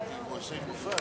כן, בבקשה,